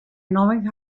knowing